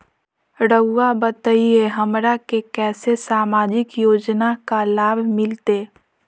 रहुआ बताइए हमरा के कैसे सामाजिक योजना का लाभ मिलते?